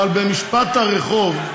אבל במשפט הרחוב,